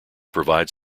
provides